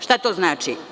Šta to znači?